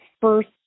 first